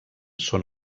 són